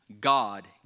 God